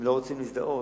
הם לא רוצים להזדהות,